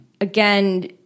Again